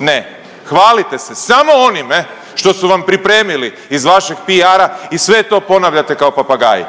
ne, hvalite se samo onime što su vam pripremili iz vašeg PR-a i sve to ponavljate kao papagaji,